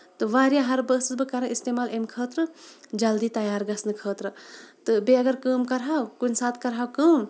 تہٕ واریاہ ہربہٕ ٲسٕس بہٕ کران اِستعمال اَمہِ خٲطرٕ جلدی تَیار گژھنہٕ خٲطرٕ تہٕ بیٚیہِ اَگر کٲم کرٕ ہاو کُنہِ ساتہٕ کرٕ ہاو کٲم